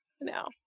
no